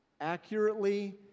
accurately